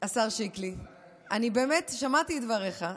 השר שיקלי, באמת, שמעתי את דבריך.